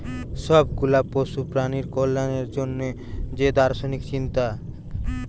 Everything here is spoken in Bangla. সব গুলা পশু প্রাণীর কল্যাণের জন্যে যে দার্শনিক চিন্তা